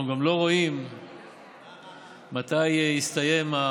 אנחנו גם לא רואים מתי יסתיים.